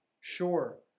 Sure